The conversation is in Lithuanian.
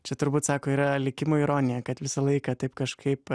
čia turbūt sako yra likimo ironija kad visą laiką taip kažkaip